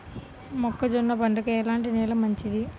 మొక్క జొన్న పంటకు ఎలాంటి నేల మంచిది?